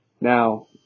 now